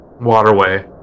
waterway